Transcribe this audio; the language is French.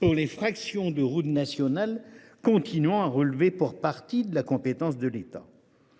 pour les fractions de route nationale continuant à relever pour partie de la compétence de l’État.